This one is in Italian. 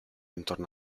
intorno